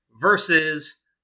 versus